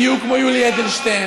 בדיוק כמו יולי אדלשטיין,